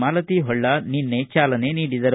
ಮಾಲತಿ ಹೊಳ್ಳ ನಿನ್ನೆ ಚಾಲನೆ ನೀಡಿದರು